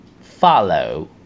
Follow